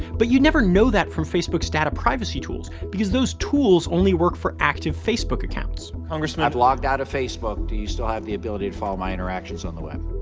but you'd never know that from facebook's data privacy tools, because those tools only work for active facebook accounts. congressman i've logged outta facebook, do you still have the ability to follow my interactions on the web.